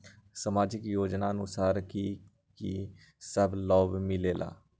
समाजिक योजनानुसार कि कि सब लाब मिलीला?